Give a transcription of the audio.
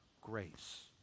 grace